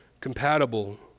compatible